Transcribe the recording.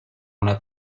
una